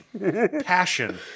passion